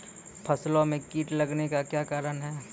फसलो मे कीट लगने का क्या कारण है?